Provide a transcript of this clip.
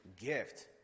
gift